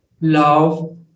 love